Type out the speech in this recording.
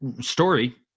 story